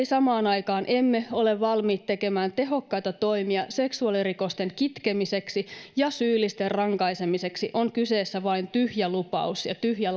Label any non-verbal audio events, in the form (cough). (unintelligible) samaan aikaan emme ole valmiit tekemään tehokkaita toimia seksuaalirikosten kitkemiseksi ja syyllisten rankaisemiseksi on kyseessä vain tyhjä lupaus ja tyhjä (unintelligible)